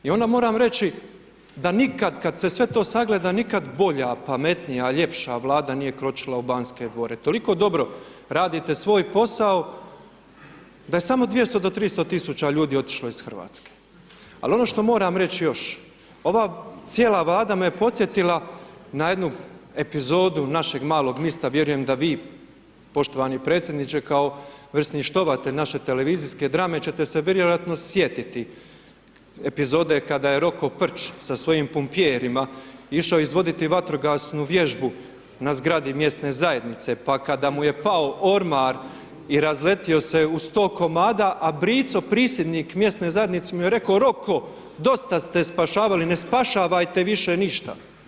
I onda moram reći da nikad kad se sve to sagleda, nikad bolja, pametnija, ljepša Vlada nije kročila u Banske Dvore, toliko dobro radite svoj posao, da je samo 200 do 300.000 ljudi otišlo iz Hrvatske, ali ono što moram reć još ova cijela Vlada me podsjetila na jednu epizodu Našeg malog mista, vjerujem da vi poštovani predsjedniče kao vrsni štovatelj naše televizijske drame ćete se vjerojatno sjetiti epizode kada je Roko Prć sa svojim pompijerima išao izvoditi vatrogasnu vježbu na zgradi mjesne zajednice pa kada mu je pao ormar i razletio se u 100 komada a brico prisjednik mjesne zajednice mu je reko Roko dosta ste spašavali ne spašavajte više ništa.